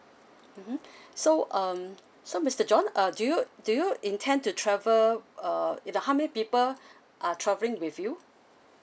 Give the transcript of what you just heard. mmhmm so um so mister john uh do you do you intend to travel uh with a how many people are traveling with you